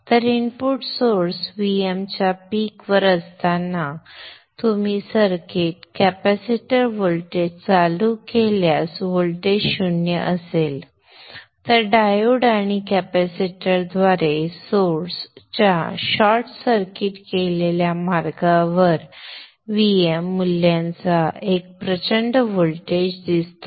तर input source Vm च्या peak वर असताना तुम्ही सर्किट कॅपेसिटर व्होल्टेज चालू केल्यास व्होल्टेज शून्य असेल तर डायोड आणि कॅपेसिटरद्वारे सोर्स च्या शॉर्ट सर्किट केलेल्या मार्गावर Vm मूल्याचा एक प्रचंड व्होल्टेज दिसतो